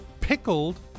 pickled